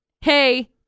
hey